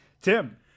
Tim